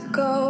go